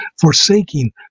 forsaking